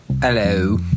Hello